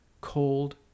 cold